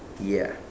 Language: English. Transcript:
ya